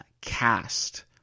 cast